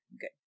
good